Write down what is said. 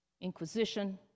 Inquisition